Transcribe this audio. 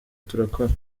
turakora